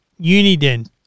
Uniden